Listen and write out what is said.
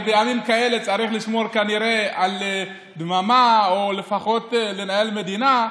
כי בימים כאלה צריך לשמור כנראה על דממה או לפחות לנהל מדינה,